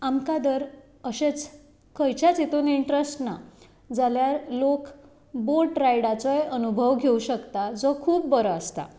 आमकां दर अशेंच खंयच्याच हितून इनट्रस्ट ना जाल्यार लोक बोट रायडाचोय अनुभव घेवंक शकता जो खूब बरो आसता